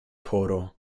koro